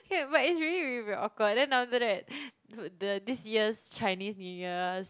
hey but it's really really very awkward then after that the this year's Chinese New Year's